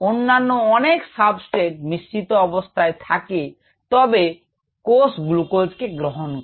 অন্যান্য অনেক সাবস্ট্রেট মিশ্রিত অবস্থায় থাকে তবে কোষ গ্লুকোজকে গ্রহণ করে